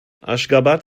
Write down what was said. aşgabat